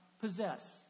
possess